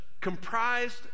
comprised